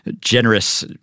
generous